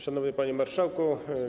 Szanowny Panie Marszałku!